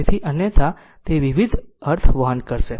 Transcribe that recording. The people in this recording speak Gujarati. તેથી અન્યથા તે વિવિધ અર્થ વહન કરશે